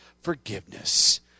forgiveness